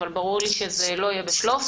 אבל ברור לי שזה לא יהיה ב"שלוף".